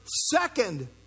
second